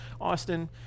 Austin